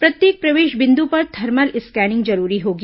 प्रत्येक प्रवेश बिन्दु पर थर्मल स्कैनिंग जरूरी होगी